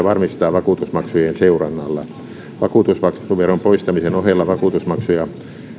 varmistaa vakuutusmaksujen seurannalla vakuutusmaksuveron poistamisen ohella vakuutusmaksuja